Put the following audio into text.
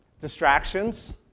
Distractions